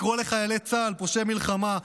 לקרוא לחיילי צה"ל פושעי מלחמה.